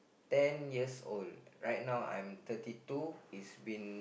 ten years old right now I'm thirty two it's been